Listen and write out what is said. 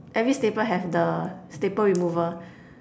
every stapler have the staple remover